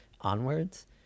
onwards